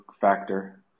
factor